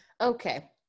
Okay